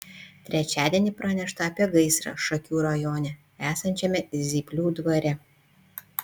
trečiadienį pranešta apie gaisrą šakių rajone esančiame zyplių dvare